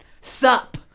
Sup